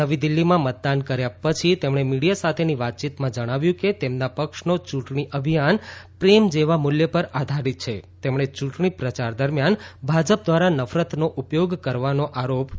નવી દિલ્હીમાં મતદાન કર્યા પછી તેમણે મીડીયા સાથેની વાતચીતમાં જણાવ્યું કે તેમના પક્ષનો ચૂંટણી અભિયાન પ્રેમ જેવા મૂલ્ય પર આધારિત છે તેમણે ચૂંટણી પ્રચાર દરમિયાન ભાજપ દ્વારા નફરતનો ઉપયોગ કરવાનો આરોપ મુક્યો હતો